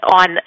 on